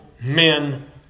men